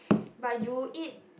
but you eat